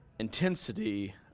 intensity